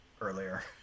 earlier